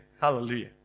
Hallelujah